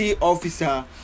officer